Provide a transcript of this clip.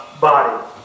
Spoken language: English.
body